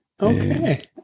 okay